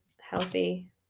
healthy